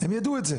הם ידעו את זה,